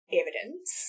evidence